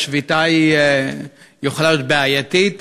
והשביתה יכולה להיות בעייתית,